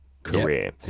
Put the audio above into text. career